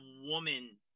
woman –